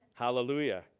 Hallelujah